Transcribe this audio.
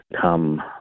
come